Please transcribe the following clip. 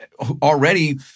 already